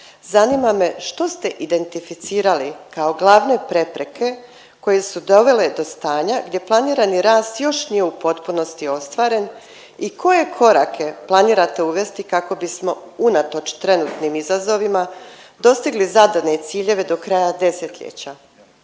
zanima me što ste identificirali kao glavne prepreke koje su dovele do stanja gdje planirani rast još nije u potpunosti ostvaren i koje korake planirate uvesti kako bismo unatoč trenutnim izazovima dostigli zadane ciljeve do kraja 10-ljeća